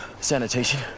Sanitation